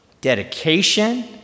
dedication